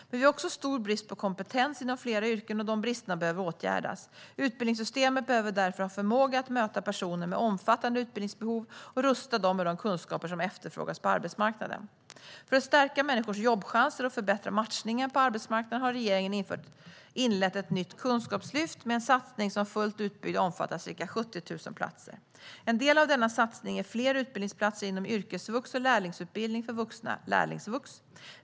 Men vi har också stor brist på kompetens inom flera yrken, och de bristerna behöver åtgärdas. Utbildningssystemet behöver därför ha förmåga att möta personer med omfattande utbildningsbehov och rusta dem med de kunskaper som efterfrågas på arbetsmarknaden. För att stärka människors jobbchanser och förbättra matchningen på arbetsmarknaden har regeringen inlett ett nytt kunskapslyft med en satsning som fullt utbyggd omfattar ca 70 000 platser. En del av denna satsning är fler utbildningsplatser inom yrkesvux och lärlingsutbildning för vuxna, lärlingsvux.